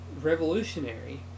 revolutionary